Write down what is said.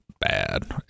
bad